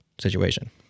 situation